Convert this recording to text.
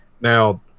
now